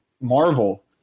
Marvel